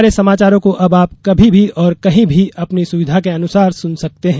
हमारे समाचारों को अब आप कभी भी और कहीं भी अपनी सुविधा के अनुसार सुन सकते हैं